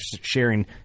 sharing